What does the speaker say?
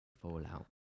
Fallout